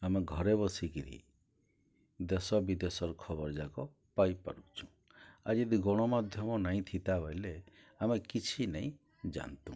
ଆମେ ଘରେ ବସିକିରି ଦେଶ ବିଦେଶର ଖବର୍ଜାକ ପାଇପାରୁଚୁଁ ଆଉ ଜଦି ଗଣମାଧ୍ୟମ ନାଇଁ ଥିତା ବଏଲେ ଆମେ କିଛି ନାଇଁ ଜାନ୍ତୁ